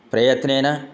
प्रयत्नेन